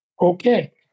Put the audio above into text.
Okay